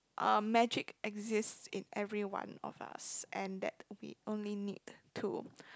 a magic exists in every one of us and that we only need to